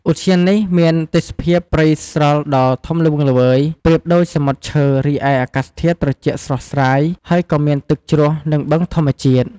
ឧទ្យាននេះមានទេសភាពព្រៃស្រល់ដ៏ធំល្វឹងល្វើយប្រៀបដូចសមុទ្រឈើ រីឯអាកាសធាតុត្រជាក់ស្រស់ស្រាយ ហើយក៏មានទឹកជ្រោះ និងបឹងធម្មជាតិ។